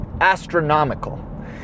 astronomical